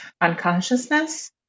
unconsciousness